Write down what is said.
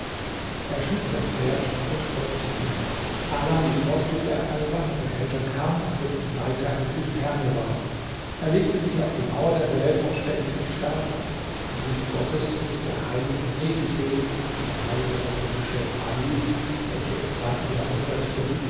er schlug sein pferd und folgte ihm ala lief fort bis er an einen wasserbehälter kam an dessen seite eine zisterne war er legte sich auf die mauer derselben und stellte sich schlafend und rief gottes und der heiligen nefisehnefiseh ist eine heilige aus dem geschlecht alis welche im jahrhundert der